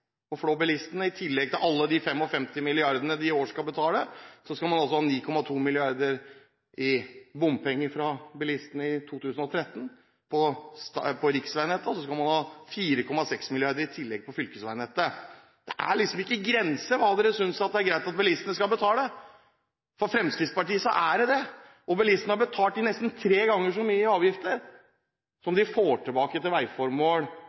i år skal betale. Man skal altså ha 9,2 mrd. kr i bompenger fra bilistene i 2013 på riksveinettet, i tillegg til 4,6 mrd. kr på fylkesveinettet. Det er liksom ikke grenser for hva dere synes er greit at bilistene skal betale. For Fremskrittspartiet er det det. Bilistene har betalt inn nesten tre ganger så mye i avgifter som de får tilbake til veiformål